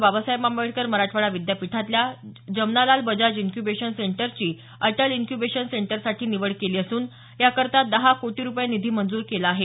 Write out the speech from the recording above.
बाबासाहेब आंबेडकर मराठवाडा विद्यापीठातील जमनालाल बजाज इनक्युबेशन सेंटरची अटल इन्क्युबेशन सेंटरसाठी निवड केली असून या करता दहा कोटी रुपये निधी मंजूर केला आहे